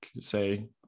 Say